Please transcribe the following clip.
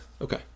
Okay